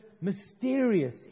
mysterious